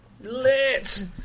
lit